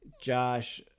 Josh